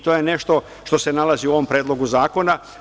To je nešto što se nalazi u ovom predlogu zakona.